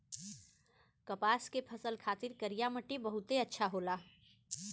कपास के फसल खातिर करिया मट्टी बहुते अच्छा होला